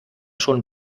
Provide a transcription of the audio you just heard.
schon